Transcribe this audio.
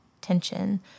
tension